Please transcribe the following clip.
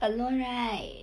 alone right